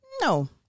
no